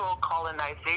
colonization